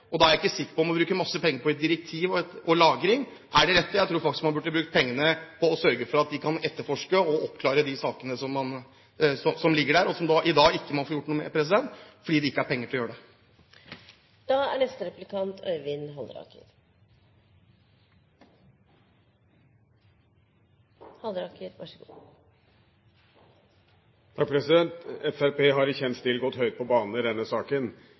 etterforske. Da er jeg ikke sikker på at det å bruke masse penger på et direktiv og lagring er det rette. Jeg tror faktisk man burde brukt pengene på å sørge for at de kan etterforske og oppklare de sakene som ligger der, og som man i dag ikke får gjort noe med, fordi det ikke er penger til å gjøre det. Fremskrittspartiet har i kjent stil gått høyt på banen i denne saken.